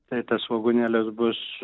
tai tas svogūnėlis bus